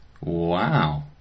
Wow